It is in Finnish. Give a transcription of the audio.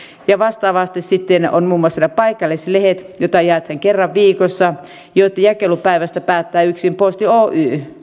ja vastaavasti sitten on muun muassa paikallislehdet joita jaetaan kerran viikossa joitten jakelupäivästä päättää yksin posti oy